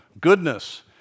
Goodness